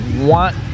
want